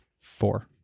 four